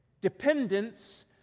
dependence